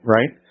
Right